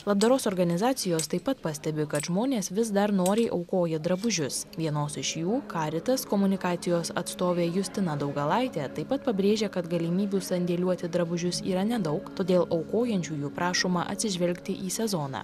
labdaros organizacijos taip pat pastebi kad žmonės vis dar noriai aukoja drabužius vienos iš jų karitas komunikacijos atstovė justina daugalaitė taip pat pabrėžia kad galimybių sandėliuoti drabužius yra nedaug todėl aukojančiųjų prašoma atsižvelgti į sezoną